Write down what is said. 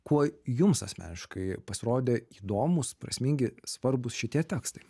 kuo jums asmeniškai pasirodė įdomūs prasmingi svarbūs šitie tekstai